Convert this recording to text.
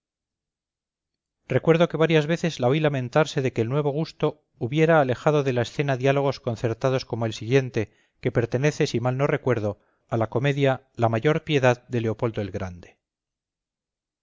recuerdo que varias veces la oí lamentarse de que el nuevo gusto hubiera alejado de la escena diálogos concertados como el siguiente que pertenece si mal no recuerdo a la comedia la mayor piedad de leopoldo el grande